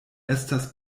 estas